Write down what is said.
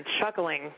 chuckling